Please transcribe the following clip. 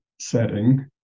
setting